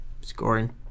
scoring